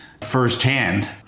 firsthand